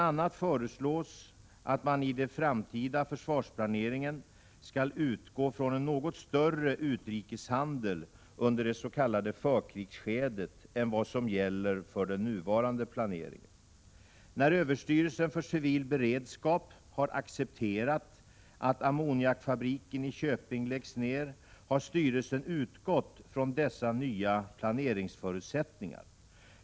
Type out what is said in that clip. a. föreslås att man i den framtida försvarsplaneringen skall utgå från en något större utrikeshandel under det s.k. förkrigsskedet än vad som gäller för den nuvarande planeringen. När överstyrelsen för civil beredskap har accepterat att ammoniakfabriken i Köping läggs ned, har styrelsen utgått från dessa nya planeringsförutsättningar.